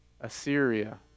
Assyria